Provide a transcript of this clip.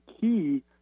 key